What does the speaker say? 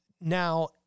now